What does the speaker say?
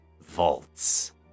vaults